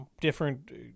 different